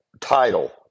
title